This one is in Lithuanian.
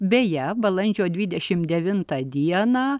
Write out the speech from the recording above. beje balandžio dvidešimt devintą dieną